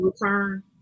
return